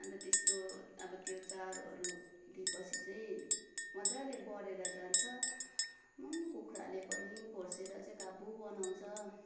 अन्त त्यस्तो अब त्यो चारोहरू दिएपछि चाहिँ मजाले बढेर जान्छ आम्ममा कुखुराले पनि खोस्रेर चाहिँ काबु बनाउँछ